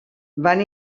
van